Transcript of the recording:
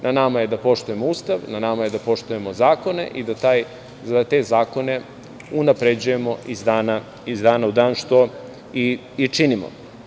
Na nama je da poštujemo Ustav, na nama je da poštujemo zakone i da te zakone unapređujemo iz dana u dan, što i činimo.